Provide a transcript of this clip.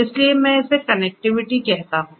इसलिए मैं इसे कनेक्टिविटी कहता हूं